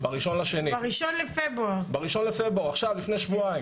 ב-1 בפברואר, לפני שבועיים.